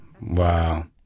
wow